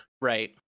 Right